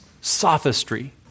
Sophistry